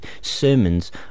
sermons